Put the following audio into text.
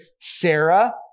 Sarah